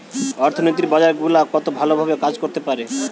অর্থনীতির বাজার গুলা কত ভালো ভাবে কাজ করতে পারে